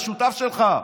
השותף שלך.